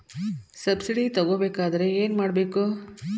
Subsidy ತಗೊಬೇಕಾದರೆ ಏನು ಮಾಡಬೇಕು?